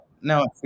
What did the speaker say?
No